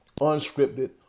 Unscripted